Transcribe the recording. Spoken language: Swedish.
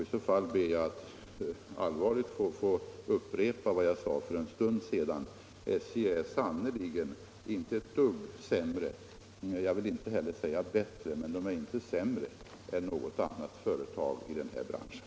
I så fall ber jag att få upprepa vad jag sade för en stund sedan: SJ är sannerligen inte ett dugg sämre — jag vill inte heller säga bättre - än något annat företag i den här branschen.